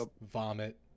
Vomit